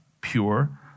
pure